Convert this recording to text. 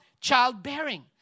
childbearing